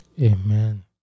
Amen